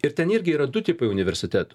ir ten irgi yra du tipai universitetų